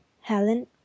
Helen